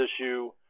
issue